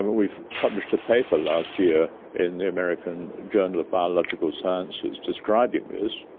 we published a paper last year in the american journal of biological sciences describing this.